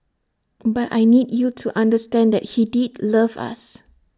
but I need you to understand that he did love us